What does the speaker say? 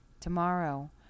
Tomorrow